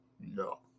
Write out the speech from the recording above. No